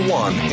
one